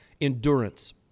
endurance